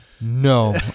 no